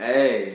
Hey